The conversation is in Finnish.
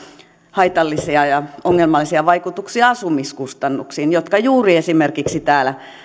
haitallisia ja ongelmallisia vaikutuksia asumiskustannuksiin jotka juuri esimerkiksi täällä